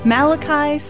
Malachi